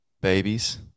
babies